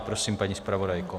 Prosím, paní zpravodajko.